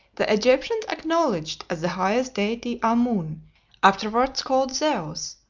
the egyptians acknowledged as the highest deity amun, afterwards called zeus,